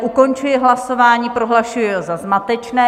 Ukončuji hlasování (50) a prohlašuji je za zmatečné.